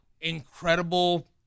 incredible